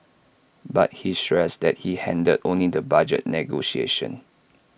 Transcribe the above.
but he stressed that he handled only the budget negotiations